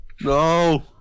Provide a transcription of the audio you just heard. No